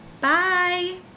Bye